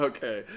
Okay